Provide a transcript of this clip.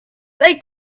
they